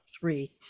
three